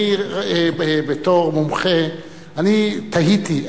בתור מומחה אני תהיתי,